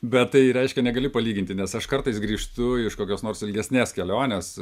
bet tai reiškia negali palyginti nes aš kartais grįžtu iš kokios nors ilgesnės kelionės